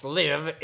live